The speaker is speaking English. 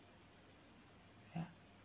ya